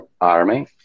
Army